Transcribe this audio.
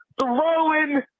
throwing